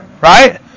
Right